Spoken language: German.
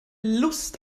lust